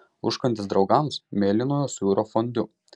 užkandis draugams mėlynojo sūrio fondiu